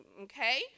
okay